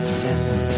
seven